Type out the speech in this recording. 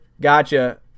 gotcha